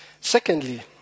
Secondly